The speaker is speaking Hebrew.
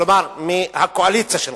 כלומר מהקואליציה שלך,